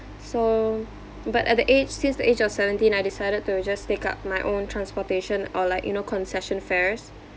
so but at the age since the age of seventeen I decided to just take up my own transportation or like you know concession fares